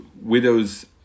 widows